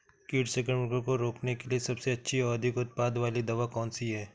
कीट संक्रमण को रोकने के लिए सबसे अच्छी और अधिक उत्पाद वाली दवा कौन सी है?